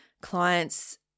clients